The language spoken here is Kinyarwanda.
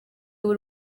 b’u